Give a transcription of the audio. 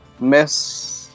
Miss